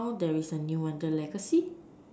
now there is a new one the legacy